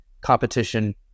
competition